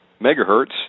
megahertz